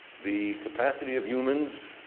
the capacity of humans,